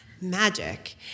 Magic